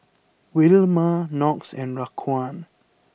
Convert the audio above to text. Wilma Knox and Raquan